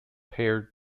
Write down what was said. paired